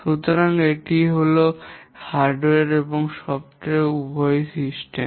সুতরাং এটি হল হার্ডওয়্যার এবং সফটওয়্যার উভয়ই সিস্টেম